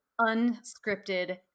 unscripted